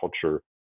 culture